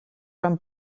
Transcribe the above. van